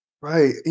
Right